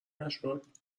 نشد